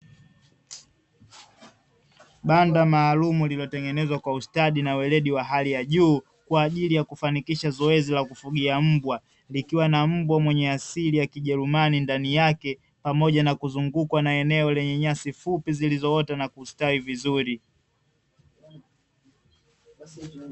Banda maalumu, lililotengenezwa kwa ustadi na uweledi wa juu kwa ajili ya kufanikisha zoezi la kufugia mbwa, likiwa na mbwa mwenye asili ya kijerumani ndani yake pamoja na kuzungukwa na eneo lenye nyasi fupi zilizoota na kustawi vizuri.